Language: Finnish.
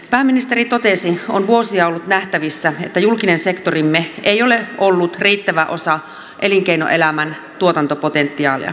pääministeri totesi että on vuosia ollut nähtävissä että julkinen sektorimme ei ole ollut riittävä osa elinkeinoelämän tuotantopotentiaalia